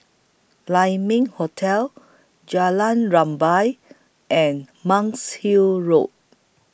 Lai Ming Hotel Jalan Rumbia and Monk's Hill Road